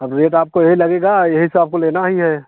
अब रेट आपको यही लगेगा यही सब आपको लेना ही है